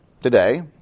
today